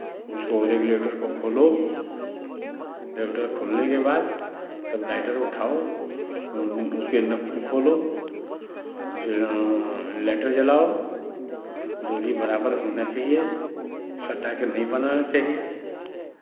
उसको रेगुलेटर को खोलो रेगुलेटर खोलने के बाद तब लाइटर उठाओ उसके नॉब को खोलो उसे लाइटर जलाओ दूरी बराबर होना चाहिए सटा के नहीं बनाना चाहिए